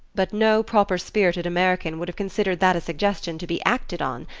but no proper-spirited american would have considered that a suggestion to be acted on,